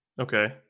Okay